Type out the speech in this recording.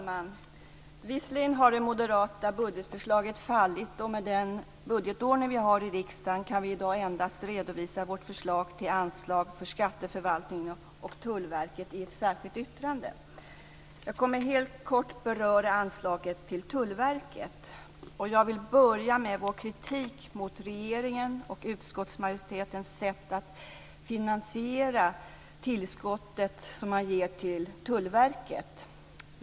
Visserligen har det moderata budgetförslaget fallit, och med den budgetordning vi har i riksdagen kan vi i dag endast redovisa vårt förslag till anslag för Skatteförvaltningen och Tullverket i ett särskilt yttrande. Jag kommer att helt kort beröra anslaget till Tullverket. Jag vill börja med vår kritik mot regeringen och utskottsmajoritetens sätt att finansiera det tillskott som man ger till Tullverket.